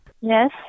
Yes